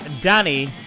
Danny